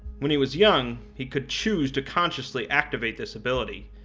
when he was young, he could choose to consciously activate this ability,